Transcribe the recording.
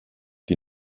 die